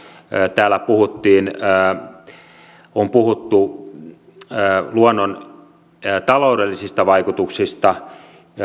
täällä on puhuttu luonnon taloudellisista vaikutuksista